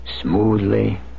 smoothly